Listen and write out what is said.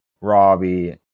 Robbie